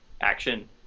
action